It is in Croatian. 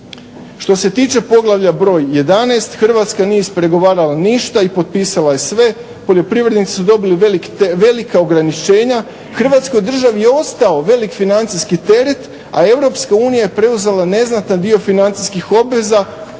Što se tiče poglavlja broj 11 Hrvatska nije ispregovarala ništa i potpisala je sve. Poljoprivrednici su dobili velika ograničenja. Hrvatskoj državi je ostao veliki financijski teret, a EU je preuzela neznatan dio financijskih obveza,